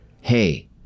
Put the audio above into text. hey